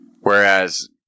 Whereas